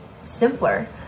simpler